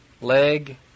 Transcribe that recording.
leg